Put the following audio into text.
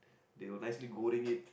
they will nicely goreng it